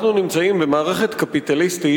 אנחנו נמצאים במערכת קפיטליסטית,